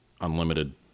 unlimited